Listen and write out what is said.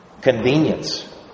convenience